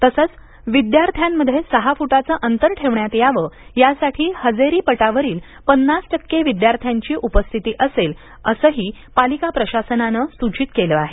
तसेच विद्यार्थ्यामध्ये सहा फुटाचे अंतर ठेवण्यात यावे यासाठी हजेरी पटावरील पन्नास टक्के विद्यार्थ्यांची उपस्थिती असेल असेही पालिका प्रशासनाने सृचित केले आहे